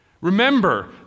Remember